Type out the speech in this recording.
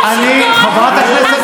אוה.